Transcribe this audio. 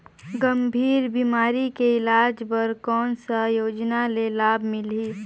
गंभीर बीमारी के इलाज बर कौन सा योजना ले लाभ मिलही?